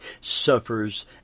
suffers